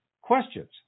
questions